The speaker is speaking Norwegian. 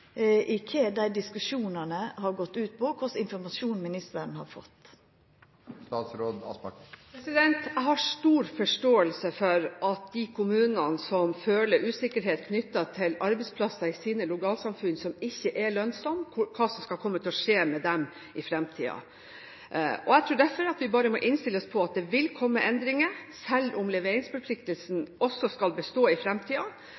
i kva dei diskusjonane har gått ut på, og kva slags informasjon ministeren har fått. Jeg har stor forståelse for de kommunene som føler usikkerhet knyttet til ulønnsomme arbeidsplasser i sine lokalsamfunn, og hva som skal skje med dem i fremtiden. Jeg tror derfor vi bare må innstille oss på at det vil komme endringer, selv om leveringsforpliktelsen også skal bestå i